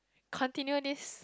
continue this